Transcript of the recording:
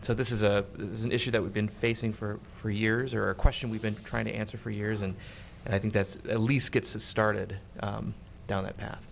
so this is a this is an issue that we've been facing for for years are a question we've been trying to answer for years and i think that's at least gets a started down that path